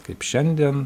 kaip šiandien